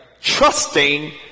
trusting